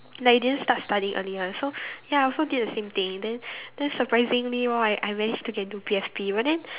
like you didn't start studying earlier so ya I also did the same thing then then surprisingly right I managed to get into P_F_P but then